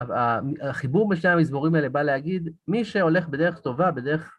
החיבור בשני המזמורים האלה בא להגיד מי שהולך בדרך טובה, בדרך...